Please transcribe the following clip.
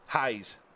HAZE